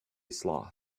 sloth